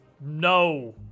no